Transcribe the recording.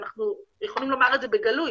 אנחנו יכולים לומר את זה בגלוי.